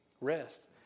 Rest